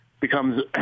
becomes